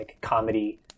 comedy